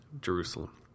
Jerusalem